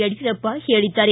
ಯಡಿಯೂರಪ್ಪ ಹೇಳಿದ್ದಾರೆ